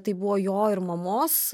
tai buvo jo ir mamos